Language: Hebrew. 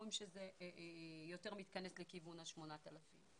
יש שאומרים שזה יותר מתכנס לכיוון ה-8,000.